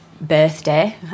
birthday